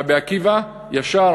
רבי עקיבא ישר